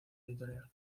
editorial